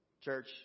church